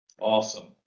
Awesome